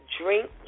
drink